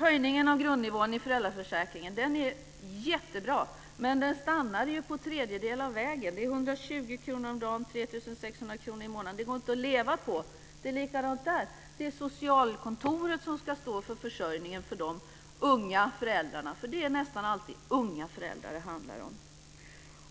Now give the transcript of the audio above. Höjningen av grundnivån i föräldraförsäkringen är jättebra, men den stannar ju på en tredjedel av vägen. Det är 120 kr om dagen, 3 600 kr i månaden. Det går inte att leva på detta, det är likadant där. Det är socialkontoret som ska stå för försörjningen för de unga föräldrarna. Det är nämligen nästan alltid unga föräldrar som det handlar om.